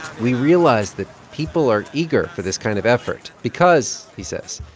we realized that people are eager for this kind of effort because, he says,